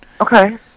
Okay